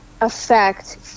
affect